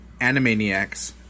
Animaniacs